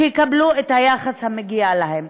ויקבלו את היחס המגיע להם.